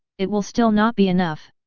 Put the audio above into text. it will still not be enough!